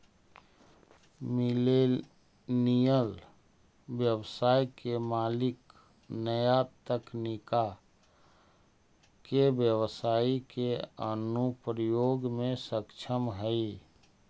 millennial व्यवसाय के मालिक नया तकनीका के व्यवसाई के अनुप्रयोग में सक्षम हई